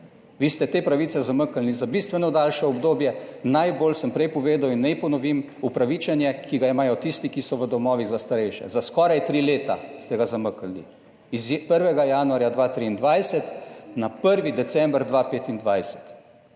Vi ste te pravice zamaknili za bistveno daljše obdobje. Najbolj sem prej povedal in naj ponovim, upravičenje, ki ga imajo tisti, ki so v domovih za starejše za skoraj tri leta ste ga zamaknili, iz 1. januarja 2023 na 1. december 2025.